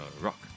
Rock